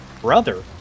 Brother